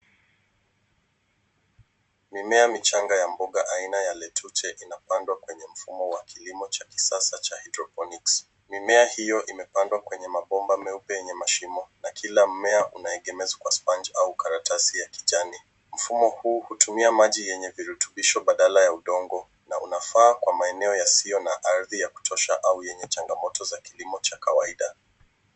Mimea michanga ya mboga aina ya lettuce inapandwa kwenye mfumo wa kilimo cha kisasa cha hydrophonics .Mimea hiyo imepandwa kwenye mabomba meupe yenye mashimo. Na kila mmea unaegemezwa kwa spangi au karatasi ya kijani. Mfumo huu hutumia maji yenye virutubisho badala ya udongo na unafaa kwa maeneo yasiyo na ardhi ya kutosha au yenye changamoto za kilimo cha kawaida.